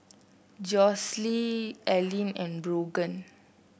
Josue Ellyn and Brogan